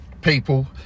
people